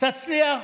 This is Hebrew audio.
שתצליח